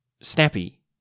snappy